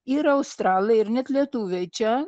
ir australai ir net lietuviai čia